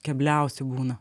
kebliausi būna